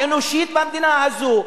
אנושית במדינה הזאת,